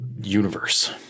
universe